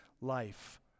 life